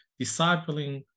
discipling